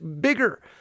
bigger